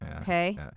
Okay